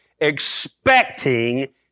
expecting